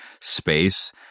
space